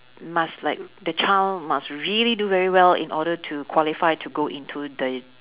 must like the child must really do very well in order to qualify to go into the